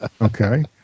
Okay